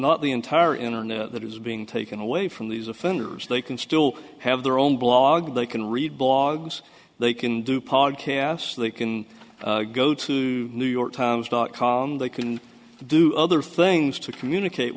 not the entire internet that is being taken away from these offenders they can still have their own blog they can read blogs they can do podcasts they can go to new york times dot com they can do other things to communicate